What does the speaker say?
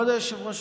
כבוד היושב-ראש,